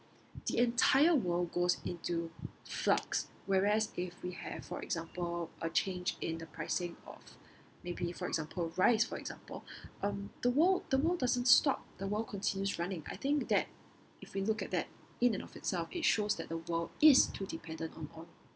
the entire world goes into flux whereas if we have for example a change in the pricing of maybe for example rice for example um the world the world doesn't stop the world continues running I think that if we look at that in and of itself it shows that the world is too dependent on oil